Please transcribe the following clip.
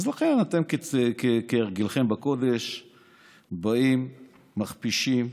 אז לכן אתם, כהרגלכם בקודש, באים, מכפישים,